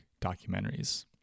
documentaries